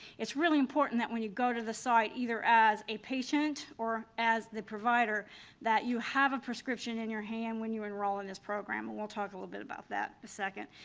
it's really important that when you go to the site either as a patient or as the provider that you have a prescription in your hand when you enroll in this program and we'll talk a little bit about that in a second.